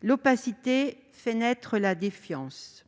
tous : l'opacité fait naître la défiance.